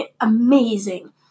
amazing